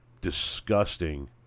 disgusting